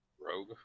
rogue